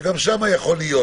שגם שם יכול להיות,